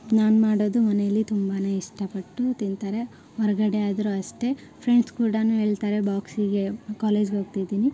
ನಾನು ಮಾಡೋದು ಮನೆಯಲ್ಲಿ ತುಂಬಾ ಇಷ್ಟಪಟ್ಟು ತಿಂತಾರೆ ಹೊರಗಡೆ ಆದರೂ ಅಷ್ಟೇ ಫ್ರೆಂಡ್ಸ್ ಕೂಡ ಹೇಳ್ತಾರೆ ಬಾಕ್ಸಿಗೆ ಕಾಲೇಜ್ಗೋಗ್ತಿದೀನಿ